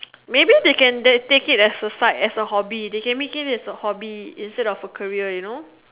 maybe they can take it as a side as a hobby instead of a career you know